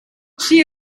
she